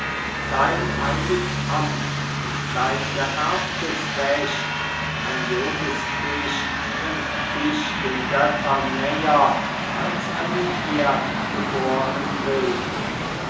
dein heilig amt und dein geerbtes recht an jovis tisch bringt dich den göttern näher als einen erdgebornen wilden